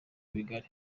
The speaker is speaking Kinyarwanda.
bigari